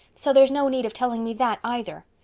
so there's no need of telling me that either.